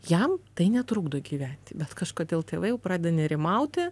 jam tai netrukdo gyventi bet kažkodėl tėvai pradeda nerimauti